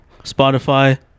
Spotify